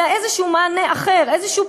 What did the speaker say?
אלא מענה אחר כלשהו,